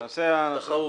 תחרות.